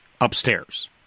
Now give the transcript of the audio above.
upstairs